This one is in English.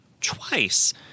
twice